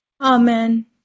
amen